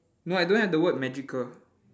no I don't have the word magical